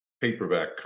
paperback